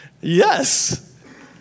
Yes